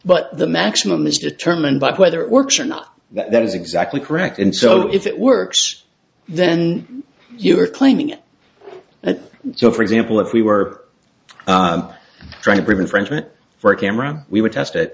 but the maximum is determined by whether it works or not that is exactly correct and so if it works then you are claiming it so for example if we were trying to bring friends went for a camera we would test it